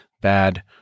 bad